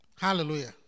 Hallelujah